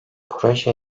proje